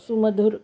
सुमधुर